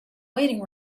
waiting